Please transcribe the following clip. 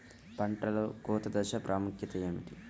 పంటలో కోత దశ ప్రాముఖ్యత ఏమిటి?